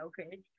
okay